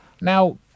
Now